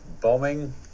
bombing